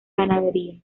ganadería